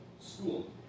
school